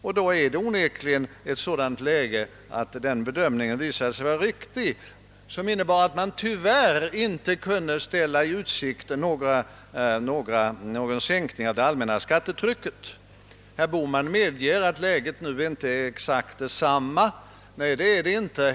Och den här gången visade sig den bedömning vara riktig som innebar att en sänkning av det allmänna skattetrycket tyvärr inte kunde ställas i utsikt. Herr Bohman medger alltså att läget nu inte är detsamma som före valet.